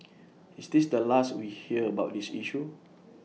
is this the last we'd hear about this issue